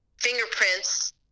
fingerprints